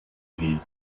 nie